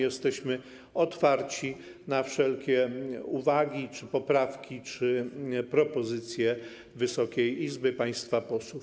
Jesteśmy otwarci na wszelkie uwagi, poprawki czy propozycje Wysokiej Izby, państwa posłów.